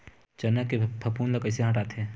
चना के फफूंद ल कइसे हटाथे?